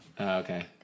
okay